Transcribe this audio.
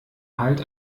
halt